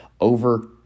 over